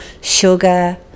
sugar